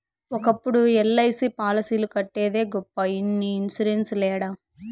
ఒకప్పుడు ఎల్.ఐ.సి పాలసీలు కట్టేదే గొప్ప ఇన్ని ఇన్సూరెన్స్ లేడ